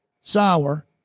sour